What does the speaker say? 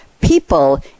People